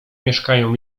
mieszkają